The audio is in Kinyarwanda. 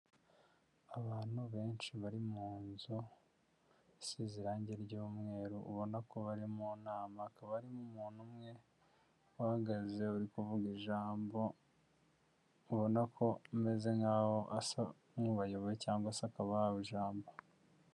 Abantu benshi bari mu nzu isize irangi ry'umweru ubona ko bari mu nama, hakaba harimo umuntu umwe uhagaze uri kuvuga ijambo, ubona ko ameze nkaho asa nkubayoboye cyangwa se akaba ahawe ijambo.